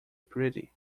pretty